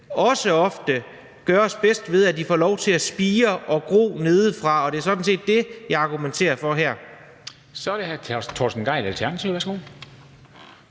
ofte gøres bedst, ved at de får lov til at spire og gro nedefra, og det er sådan set det, jeg argumenterer for her.